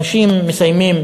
אנשים מסיימים